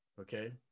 Okay